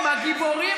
שהיה לבוגי,